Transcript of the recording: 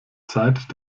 zeit